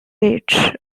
which